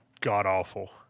god-awful